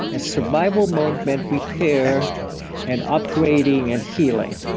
and survival mode meant repair and upgrading and healing.